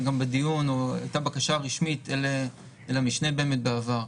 בדיון כאשר הייתה בקשה רשמית אל המשנה בעבר.